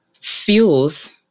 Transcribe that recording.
fuels